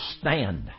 stand